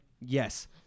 yes